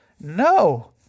No